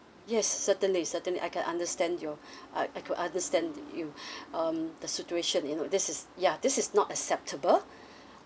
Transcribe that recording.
yes certainly certainly I can understand your I I could understand you um the situation you know this is yeah this is not acceptable